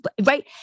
right